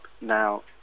now